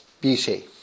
beauty